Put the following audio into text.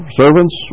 servants